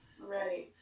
Right